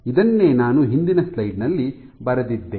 ಇದನ್ನೇ ನಾನು ಹಿಂದಿನ ಸ್ಲೈಡ್ ನಲ್ಲಿ ಬರೆದಿದ್ದೇನೆ